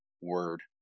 word